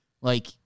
Like-